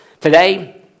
Today